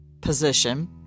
position